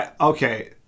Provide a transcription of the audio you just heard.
Okay